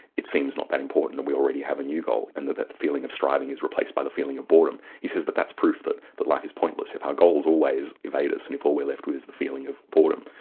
it seems not that important and we already have a new goal, and that that feeling of striving is replaced by the feeling of boredom. he says that that's proof that that life is pointless. if our goals always evade us and if all we are left with is the feeling of boredom,